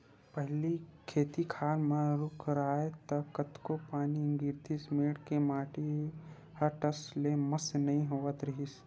पहिली खेत खार म रूख राहय त कतको पानी गिरतिस मेड़ के माटी ह टस ले मस नइ होवत रिहिस हे